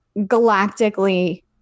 galactically